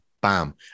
bam